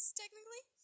technically